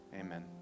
amen